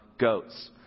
goats